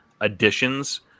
additions